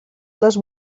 les